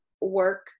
work